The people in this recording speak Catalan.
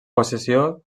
possessió